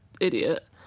idiot